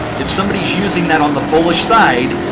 if somebody is using that on the bullish side,